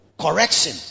Correction